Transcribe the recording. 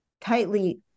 tightly